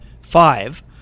five